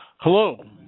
Hello